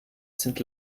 sind